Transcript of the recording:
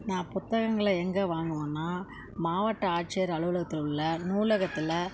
நான் புத்தகங்களை எங்கே வாங்கணும்னா மாவட்ட ஆட்சியர் அலுவலகத்தில் உள்ள நூலகத்தில்